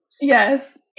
Yes